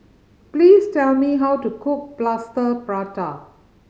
please tell me how to cook Plaster Prata